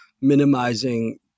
minimizing